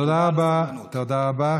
תודה רבה, תודה רבה.